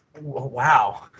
Wow